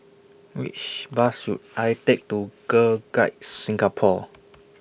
Which Bus should I Take to Girl Guides Singapore